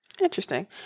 Interesting